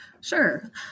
Sure